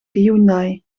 hyundai